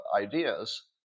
ideas